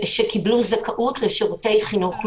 זכאות לשירותי חינוך מיוחדים,